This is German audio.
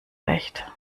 recht